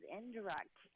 indirect